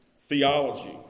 theology